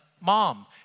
Mom